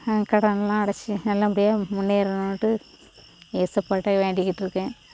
கடனெலாம் அடைத்து நல்லபடியாக முன்னேறணும்ன்டு ஏசப்பாட்டே வேண்டிகிட்டிருக்கேன்